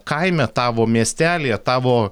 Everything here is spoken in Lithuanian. kaime tavo miestelyje tavo